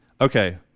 Okay